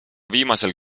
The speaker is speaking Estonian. viimasel